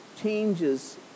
changes